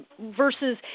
versus